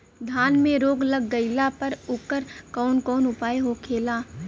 धान में रोग लग गईला पर उकर कवन कवन उपाय होखेला?